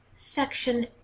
Section